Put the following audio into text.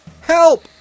Help